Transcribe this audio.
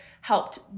helped